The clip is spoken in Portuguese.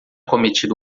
cometido